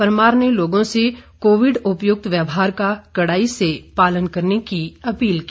परमार ने लोगों से कोविड उपयुक्त व्यवहार का कड़ाई से पालन करने की अपील की